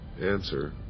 answer